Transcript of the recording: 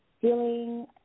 feeling